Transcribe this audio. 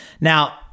Now